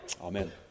Amen